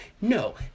No